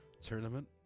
tournament